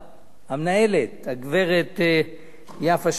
המנהלת, הגברת יפה שפירא,